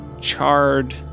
charred